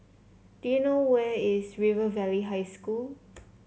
do you know where is River Valley High School